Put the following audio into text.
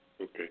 Okay